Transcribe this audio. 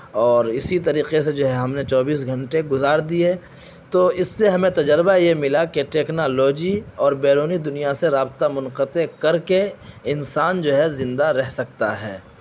اور اسی طریقے سے جو ہے ہم نے چوبیس گھنٹے گزار دیے تو اس سے ہمیں تجربہ یہ ملا کہ ٹکنالوجی اور بیرونی دنیا سے رابطہ منقطع کر کے انسان جو ہے زندہ رہ سکتا ہے